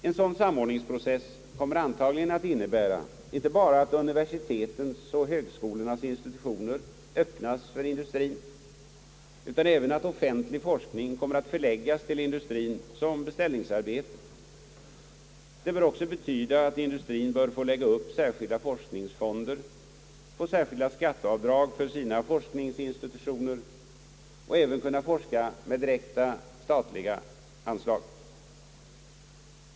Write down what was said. En sådan samordningsprocess kommer antagligen att innebära inte bara att universitetens och högskolornas institutioner öppnas för industrien, utan även att offentlig forskning kommer att förläggas till industrien som beställningsarbete. Det bör också betyda att industrien bör få lägga upp särskilda forskningsfonder, få särskilda skatteavdrag för sina forskningsinstitutioner och även kunna forska med direkta statliga anslag.